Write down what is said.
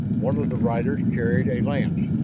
one of the riders carried a lance,